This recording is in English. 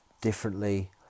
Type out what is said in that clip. differently